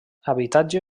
habitatge